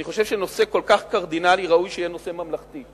אני חושב שנושא כל כך קרדינלי ראוי שיהיה נושא ממלכתי.